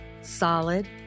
solid